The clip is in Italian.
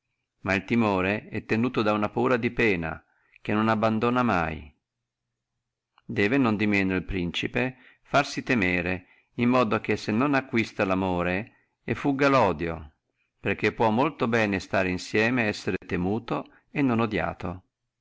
ma il timore è tenuto da una paura di pena che non abbandona mai debbe non di manco el principe farsi temere in modo che se non acquista lo amore che fugga lodio perché può molto bene stare insieme esser temuto e non odiato